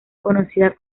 conocida